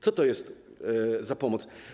Co to jest za pomoc?